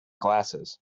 glasses